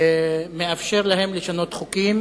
שמאפשר להם לשנות חוקים